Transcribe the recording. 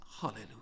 Hallelujah